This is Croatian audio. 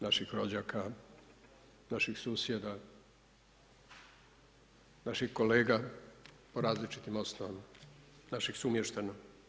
Naših rođaka, naših susjeda, naših kolega po različitim osnovama, naših sumještana.